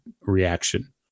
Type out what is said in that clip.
reaction